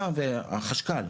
אתה והחשכ"ל,